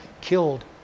killed